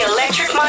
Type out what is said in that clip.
Electric